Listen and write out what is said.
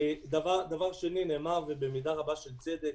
דבר שני, נאמר, ובמידה רבה של צדק,